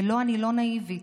ולא, אני לא נאיבית.